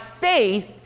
faith